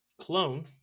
clone